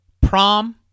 Prom